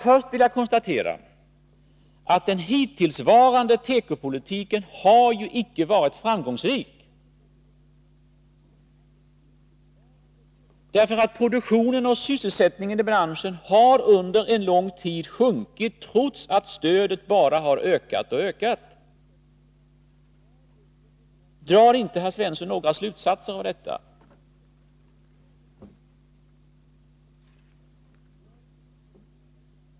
Först vill jag konstatera att den hittillsvarande tekopolitiken icke har varit framgångsrik. Produktionen och sysselsättningen i branschen har under en lång tid minskat, trots att stödet bara har ökat och ökat. Drar inte herr Svensson några slutsatser av detta?